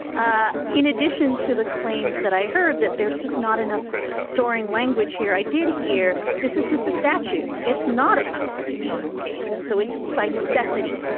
ah in addition to the claims that i heard, that there's just not enough soaring language here. i did hear this is just a statute. it's not a constitutional case. and so it by necessity,